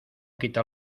quita